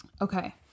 okay